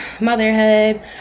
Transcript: motherhood